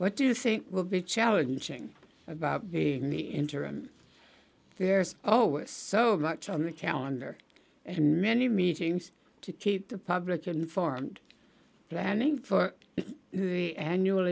what do you think will be challenging about in the interim there's always so much on the calendar and many meetings to keep the public informed planning for the annual